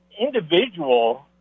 individual